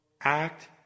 act